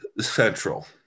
central